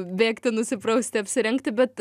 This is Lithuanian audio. bėgti nusiprausti apsirengti bet